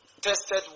tested